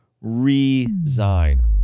resign